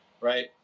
right